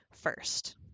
first